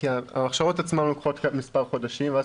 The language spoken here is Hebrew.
כי ההכשרות עצמן לוקחות מספר חודשים ואז